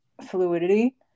fluidity